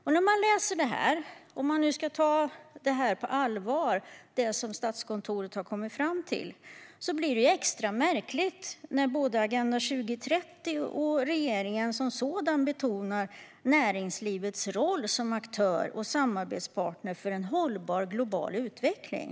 Om man ska ta det som Statskontoret har kommit fram till på allvar framstår det som extra märkligt att både Agenda 2030 och regeringen betonar näringslivets roll som aktör och samarbetspartner för en hållbar global utveckling.